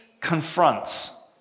confronts